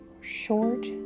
short